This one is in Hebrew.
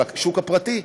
של השוק הפרטי,